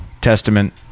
Testament